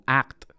act